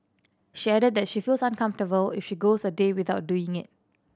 she added that she feels uncomfortable if she goes a day without doing it